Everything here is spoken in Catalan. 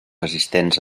resistents